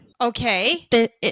okay